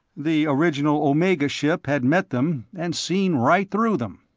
the original omega ship had met them and seen right through them.